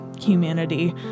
humanity